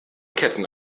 ketten